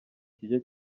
kijya